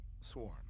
Swarm